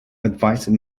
advised